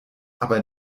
aber